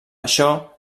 això